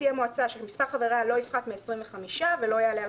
תהיה מועצה שמספר חבריה לא יפחת מ-25 ולא יעלה על